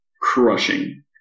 crushing